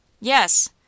Yes